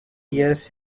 years